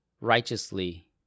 righteously